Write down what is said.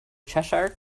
cheshire